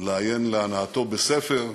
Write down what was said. ולעיין להנאתו בספר,